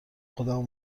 خودمو